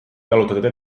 jalutada